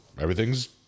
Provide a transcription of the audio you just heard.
Everything's